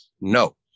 No